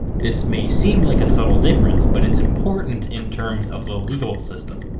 this may seem like a subtle difference, but it's important in terms of the legal system.